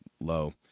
low